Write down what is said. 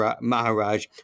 Maharaj